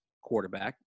quarterback